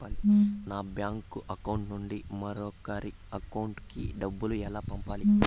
నా bank account నుండి మరొకరి అకౌంట్ కు డబ్బులు ఎలా పంపాలి